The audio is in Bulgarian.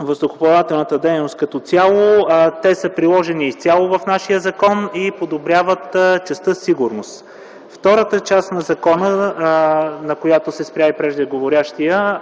въздухоплавателната дейност като цяло. Те са приложени изцяло в нашия закон и подобряват частта „сигурност”. Втората част на закона, на която се спря и преждеговорившия,